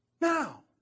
now